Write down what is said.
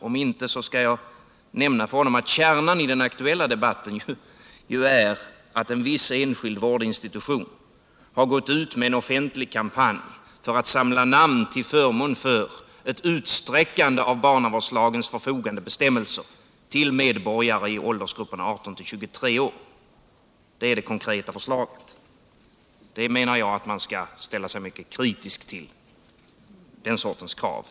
Om inte, skall jag nämna för honom att kärnan i den aktuella debatten är att en viss enskild vårdinstitution har gått ut med en offentlig kampanj för att samla namn till förmån för ett utsträckande av barnavårdslagens förfogandebestämmelser till medborgare i åldersgrupperna 18-23 år. Det är det konkreta förslaget. Den sortens krav anser jag att man skall ställa sig mycket kritisk till.